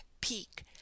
peak